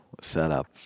setup